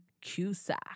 Cusack